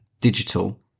digital